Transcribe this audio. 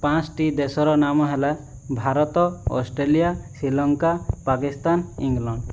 ପାଞ୍ଚଟି ଦେଶର ନାମ ହେଲା ଭାରତ ଅଷ୍ଟ୍ରେଲିଆ ଶ୍ରୀଲଙ୍କା ପାକିସ୍ତାନ ଇଂଲଣ୍ଡ